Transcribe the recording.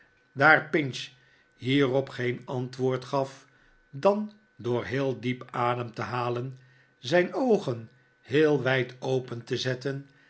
daar pinch hierop geen ander antwoord gaf dan door heel diep adem te halen zijn oogen heel wijd open te zetten